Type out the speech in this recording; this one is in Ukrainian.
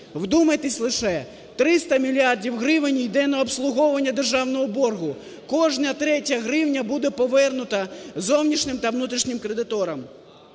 Вдумайтесь лише, 300 мільярдів гривень іде на обслуговування державного боргу. Кожна третя гривня буде повернута зовнішнім та внутрішнім кредиторам.